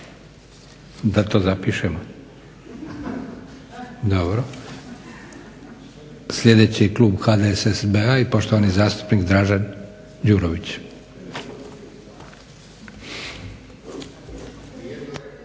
Da to zapišem? Dobro. Sljedeći klub HDSSB-a i poštovani zastupnik Dražen Đurović.